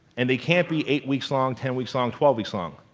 and they can't be eight weeks long, ten weeks long, twelve weeks long.